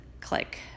click